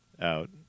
out